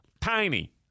Tiny